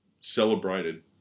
celebrated